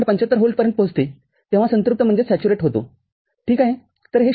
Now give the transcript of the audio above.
७५ व्होल्टपर्यंत पोहोचते तेव्हा संतृप्त होतोठीक आहे